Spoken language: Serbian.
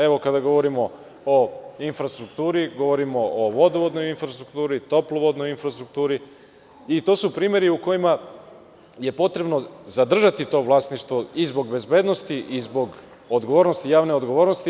Evo kada govorimo o infrastrukturi, govorimo o vodovodnoj infrastrukturi, toplovodnoj infrastrukturi, i to su primeri u kojima je potrebno zadržati to vlasništvo i zbog bezbednosti i zbog odgovornosti, javne odgovornosti.